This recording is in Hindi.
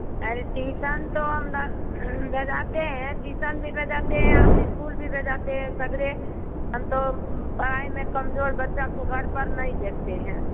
अरे ट्यूसन तो हम ना भेजाते है ट्यूसन भी भेजाते हैं आप इस्कूल भी भेजाते हैं सबेरे हम तो पढ़ाई में कमजोर बच्चा को घर पर नहीं देखते हैं